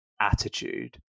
attitude